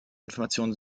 informationen